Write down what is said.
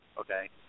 okay